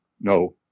No